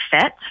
fit